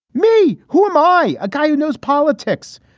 me? who am i? a guy who knows politics.